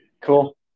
Cool